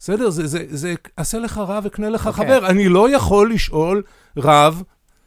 בסדר? זה עשה לך רב וקנה לך חבר. אני לא יכול לשאול רב...